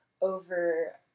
over